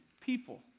people